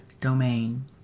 domain